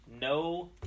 no